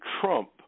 Trump